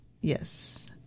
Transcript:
yes